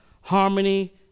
harmony